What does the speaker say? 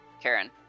Karen